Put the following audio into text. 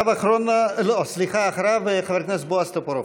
אחריו, חבר הכנסת בועז טופורובסקי.